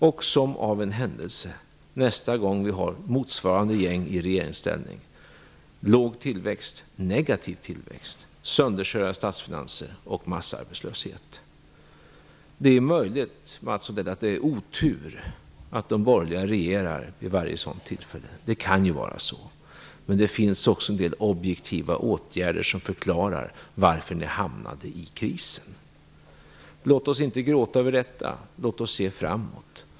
Och som av en händelse fick vi nästkommande gång med motsvarande regering i regeringsställning låg tillväxt, negativ tillväxt, sönderkörda statsfinanser och massarbetslöshet. Det är möjligt, Mats Odell, att det har varit otur att de borgerliga regerat vid varje sådant tillfälle. Det kan ju vara så, men det finns också en del objektiva åtgärder som förklarar varför ni hamnade i krisen. Låt oss inte gråta över detta, låt oss se framåt.